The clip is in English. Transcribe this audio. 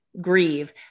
grieve